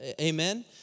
amen